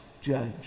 judge